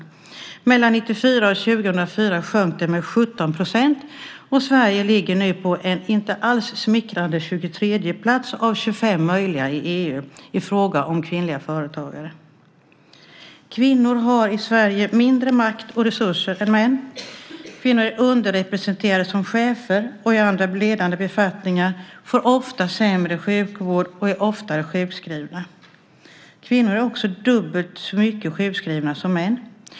Mellan 1994 och 2004 sjönk den med 17 %, och Sverige ligger nu på en inte alls smickrande 23:e plats av 25 möjliga i EU i fråga om kvinnliga företagare. Kvinnor har i Sverige mindre makt och resurser än män. Kvinnor är underrepresenterade som chefer och i andra ledande befattningar. Kvinnor får ofta sämre sjukvård och är oftare sjukskrivna. Kvinnor är också dubbelt så mycket sjukskrivna som män.